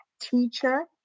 teacher